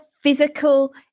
physical